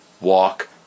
walk